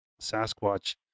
Sasquatch